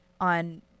on